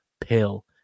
pill